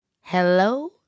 Hello